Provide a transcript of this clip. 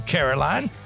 Caroline